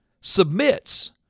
submits